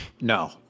No